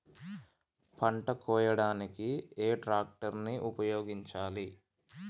పంట కోయడానికి ఏ ట్రాక్టర్ ని ఉపయోగించాలి?